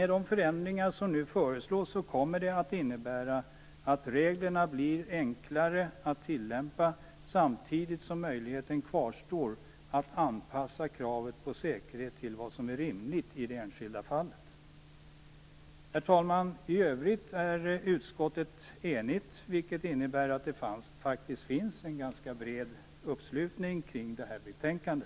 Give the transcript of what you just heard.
De förändringar som nu föreslås innebär att reglerna blir enklare att tillämpa, samtidigt som möjligheten kvarstår att anpassa kravet på säkerhet till vad som är rimligt i det enskilda fallet. Herr talman! I övrigt är utskottet enigt, vilket innebär att det faktiskt finns en ganska bred uppslutning kring detta betänkande.